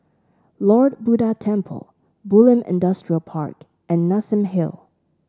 Lord Buddha Temple Bulim Industrial Park and Nassim Hill